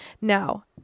Now